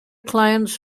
clients